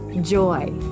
joy